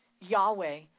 Yahweh